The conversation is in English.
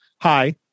Hi